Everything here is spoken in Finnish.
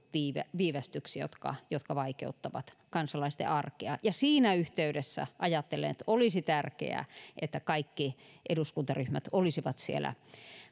viivästyksiä jotka jotka vaikeuttavat kansalaisten arkea ja siinä yhteydessä ajattelen että olisi tärkeää että kaikki eduskuntaryhmät olisivat siellä